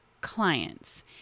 clients